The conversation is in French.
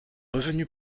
revenue